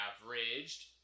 averaged